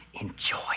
enjoy